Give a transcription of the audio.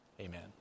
Amen